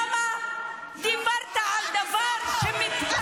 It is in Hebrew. למה דיברת על דבר שהחיילים מתפארים בו?